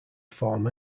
form